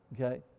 Okay